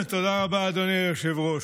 תודה רבה, אדוני היושב-ראש.